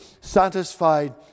satisfied